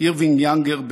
אירווינג יאנגר,